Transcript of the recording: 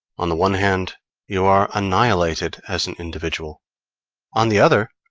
on the one hand you are annihilated as an individual on the other,